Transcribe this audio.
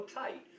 tight